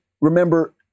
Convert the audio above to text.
remember